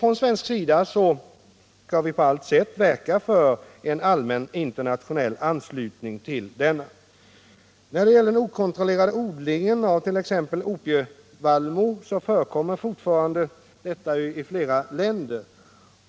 Från svensk sida vill vi givetvis på alla sätt medverka till en allmän internationell anslutning. Den okontrollerade odlingen av t.ex. opievallmo förekommer fortfarande i flera länder.